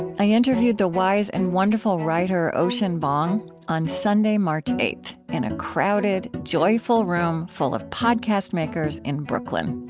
i interviewed the wise and wonderful writer ocean vuong on sunday, march eight in a crowded, joyful room full of podcast makers in brooklyn.